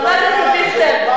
חבר הכנסת דיכטר,